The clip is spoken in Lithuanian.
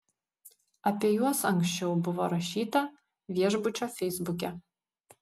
apie juos anksčiau buvo rašyta viešbučio feisbuke